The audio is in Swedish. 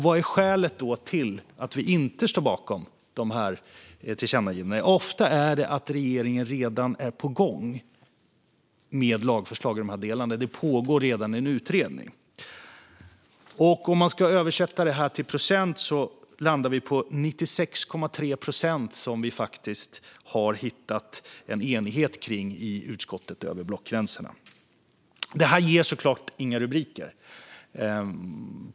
Vad är då skälet till att vi inte står bakom dessa tillkännagivanden? Ofta är det att regeringen redan är på gång med lagförslag i de här delarna. Det pågår redan en utredning. Om man ska översätta detta till procent landar vi på 96,3 procent där vi faktiskt har hittat en enighet kring i utskottet, över blockgränserna. Men det ger såklart inga rubriker.